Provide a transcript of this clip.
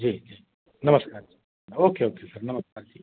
जी जी नमस्कार okay okay sir नमस्कार जी